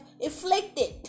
inflicted